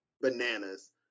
bananas